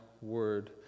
word